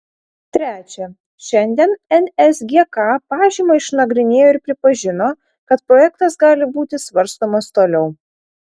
trečia šiandien nsgk pažymą išnagrinėjo ir pripažino kad projektas gali būti svarstomas toliau